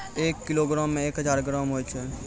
एक किलोग्रामो मे एक हजार ग्राम होय छै